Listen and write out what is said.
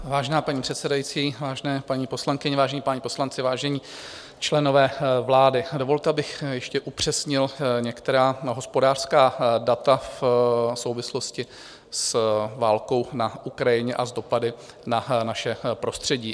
Vážená paní předsedající, vážené paní poslankyně, vážení páni poslanci, vážení členové vlády, dovolte, abych ještě upřesnil některá hospodářská data v souvislosti s válkou na Ukrajině a s dopady na naše prostředí.